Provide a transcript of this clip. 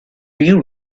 you